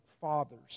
fathers